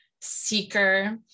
seeker